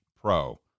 pro